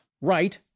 Right